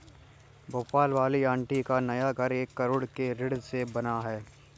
भोपाल वाली आंटी का नया घर एक करोड़ के ऋण से बना है